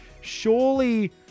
surely